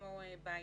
כשלעצמו בעייתי.